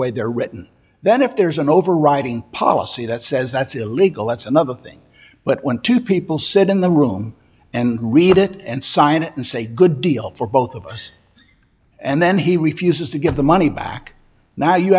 way they're written then if there's an overriding policy that says that's illegal that's another thing but when two people sit in the room and read it and sign it and say good deal for both of us and then he refuses to give the money back now you